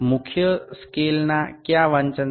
મુખ્ય સ્કેલના કયા વાંચન સાથે